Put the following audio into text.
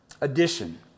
Addition